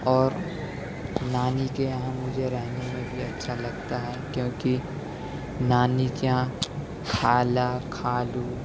اور نانی کے یہاں مجھے رہنے میں بھی اچھا لگتا ہے کیونکہ نانی کے یہاں خالہ خالو